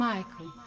Michael